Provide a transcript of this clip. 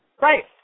Right